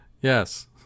Yes